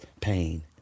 pain